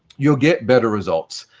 you will get better results.